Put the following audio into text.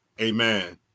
Amen